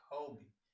Kobe